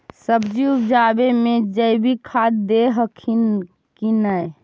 सब्जिया उपजाबे मे जैवीक खाद दे हखिन की नैय?